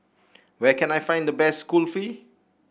where can I find the best Kulfi